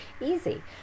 Easy